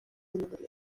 renouvelé